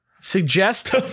Suggest